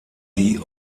die